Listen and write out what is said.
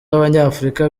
b’abanyafurika